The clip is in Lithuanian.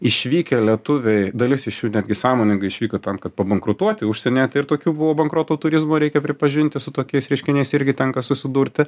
išvykę lietuviai dalis iš jų netgi sąmoningai išvyko tam kad bankrutuoti užsienyje ir tokių buvo bankroto turizmo reikia pripažinti su tokiais reiškiniais irgi tenka susidurti